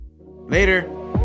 Later